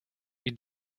you